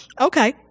Okay